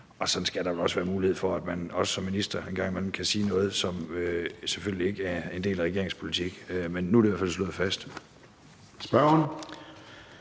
Sådan skal der vel også være mulighed for, at man også som minister en gang imellem kan sige noget, som selvfølgelig ikke er en del af regeringens politik. Men nu er det i hvert fald slået fast. Kl.